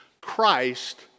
Christ